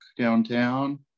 downtown